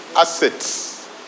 assets